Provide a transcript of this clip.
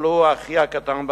ולו הכי קטן,